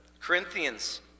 Corinthians